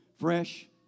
fresh